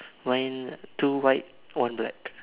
mine two white one black